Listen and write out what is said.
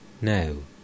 No